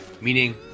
meaning